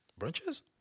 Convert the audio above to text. Brunches